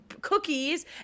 cookies